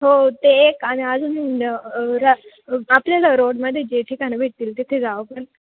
हो ते एक आणि अजून रा आपल्याला रोडमध्ये जे ठिकाणं भेटतील तिथे जाऊ आपण